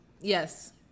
Yes